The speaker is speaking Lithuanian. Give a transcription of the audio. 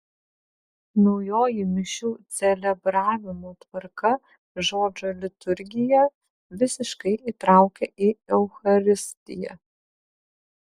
naujoji mišių celebravimo tvarka žodžio liturgiją visiškai įtraukia į eucharistiją